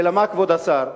אלא מה, כבוד השר?